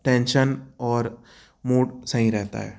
tension और mood सही रहता है